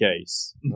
case